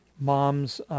mom's